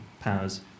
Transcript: powers